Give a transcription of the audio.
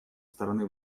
стороны